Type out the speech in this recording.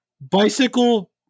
bicycle